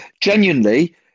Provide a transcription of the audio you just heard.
genuinely